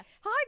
hi